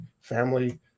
family